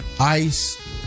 ice